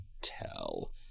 tell